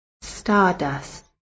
stardust